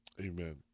Amen